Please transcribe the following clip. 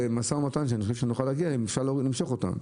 במשא ומתן שאני חושב שנוכל להגיע אליו אפשר למשוך אותן.